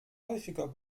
häufiger